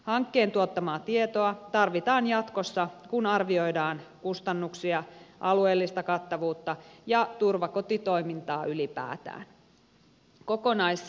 hankkeen tuottamaa tietoa tarvitaan jatkossa kun arvioidaan kustannuksia alueellista kattavuutta ja turvakotitoimintaa ylipäätään